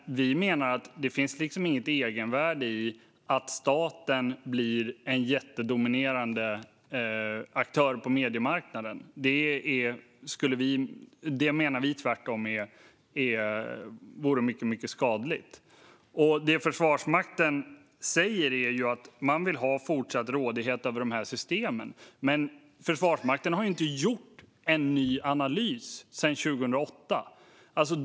Vi menar dock att det inte finns något egenvärde i att staten blir en dominerande aktör på mediemarknaden. Det menar vi tvärtom vore mycket skadligt. Det Försvarsmakten säger är ju att man vill ha fortsatt rådighet över de här systemen, men Försvarsmakten har ju inte gjort någon ny analys sedan 2008.